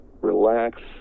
relax